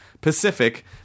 Pacific